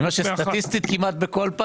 אני אומר שסטטיסטית כמעט בכל,